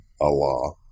Allah